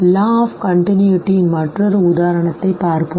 law of continuity ன் மற்றொரு உதாரணத்தைப் பார்ப்போம்